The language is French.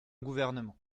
gouvernement